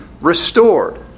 restored